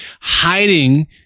hiding